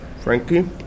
Frankie